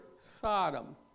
Sodom